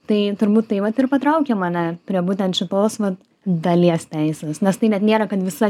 tai turbūt tai vat ir patraukė mane prie būtent šitos vat dalies teisinės nes tai net nėra kad visa